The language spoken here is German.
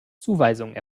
zuweisungen